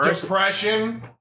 depression